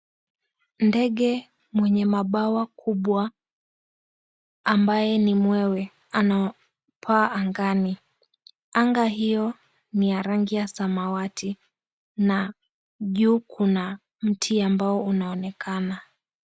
Ndege mwenye mabawa kubwa ambae ni mwewe anapaa angani, anga hiyo ni ya rangi ya samawati na juu kuna mti ambao unaonekana.